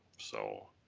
so.